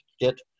get